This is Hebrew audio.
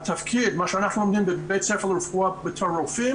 מה שאנחנו לומדים בבית ספר לרפואה בתור רופאים,